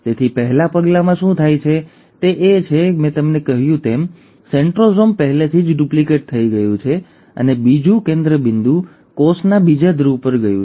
તેથી પહેલા પગલામાં શું થાય છે તે એ છે કે મેં કહ્યું તેમ સેન્ટ્રોસોમ પહેલેથી જ ડુપ્લિકેટ થઈ ગયું છે અને બીજું કેન્દ્રબિંદુ કોષના બીજા ધ્રુવ પર ગયું છે